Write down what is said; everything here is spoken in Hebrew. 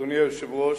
אדוני היושב-ראש,